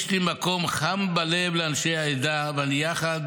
יש לי מקום חם בלב לאנשי העדה, ואני, יחד